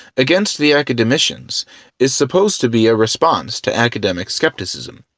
against the academicians is supposed to be a response to academic skepticism.